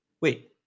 wait